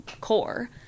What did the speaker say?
core